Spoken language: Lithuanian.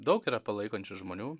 daug yra palaikančių žmonių